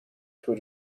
tour